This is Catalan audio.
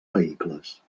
vehicles